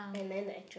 and then the actual